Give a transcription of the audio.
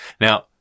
Now